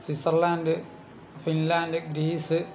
Switzerland Finland Greece